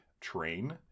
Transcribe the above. train